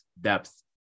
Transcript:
depth